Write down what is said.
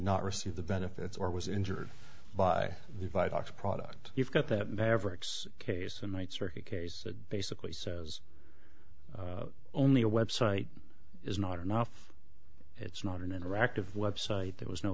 not receive the benefits or was injured by the vioxx product you've got that never x case and might circuit case that basically says only a website is not enough it's not an interactive website there was no